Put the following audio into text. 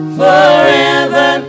forever